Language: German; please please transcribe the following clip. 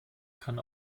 kann